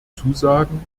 zusagen